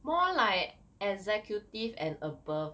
more like executive and above